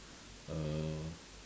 uh